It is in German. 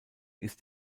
ist